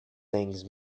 things